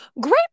Great